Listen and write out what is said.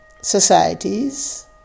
societies